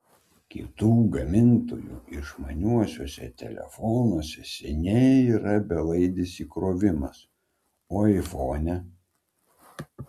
kitų gamintojų išmaniuosiuose telefonuose seniai yra belaidis įkrovimas o aifone